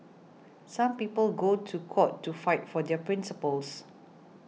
some people go to court to fight for their principles